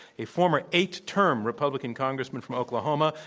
a former eight-term republican congressman from oklahoma,